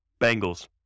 Bengals